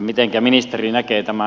mitenkä ministeri näkee tämän